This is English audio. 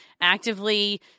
actively